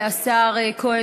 השר כהן,